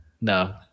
No